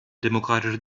demokratische